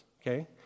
okay